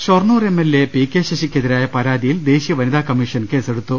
Shoranur M L A P K ശശിക്കെതിരായ പരാതി യിൽ ദേശീയ വനിതാകമ്മീഷൻ കേസെടുത്തു